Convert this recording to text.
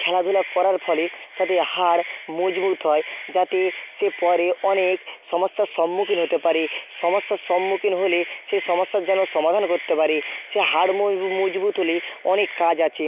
খেলাধুলা করার পরে তাদের হাড় মজবুত হয় যাতে সে পরে অনেক সমস্যার সম্মুখীন হতে পারে সমস্যার সম্মুখীন হলে সেই সমস্যার যেন সমাধান করতে পারে সেই হাড় মজবুত হলে অনেক কাজ আছে